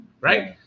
right